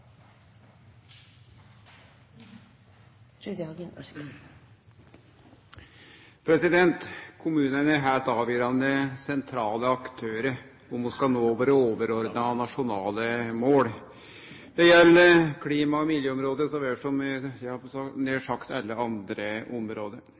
Kommunane er heilt avgjerande, sentrale aktørar om vi skal nå våre overordna nasjonale mål. Det gjeld på klima- og miljøområdet så vel som